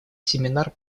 семинар